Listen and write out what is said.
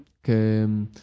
que